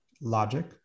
logic